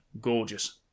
gorgeous